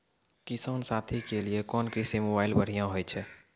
किसान साथी के लिए कोन कृषि मोबाइल बढ़िया होय छै?